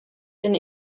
and